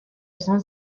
esan